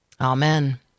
Amen